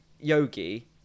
Yogi